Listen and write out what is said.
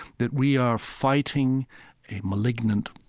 that we are fighting a malignant,